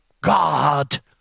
God